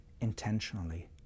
intentionally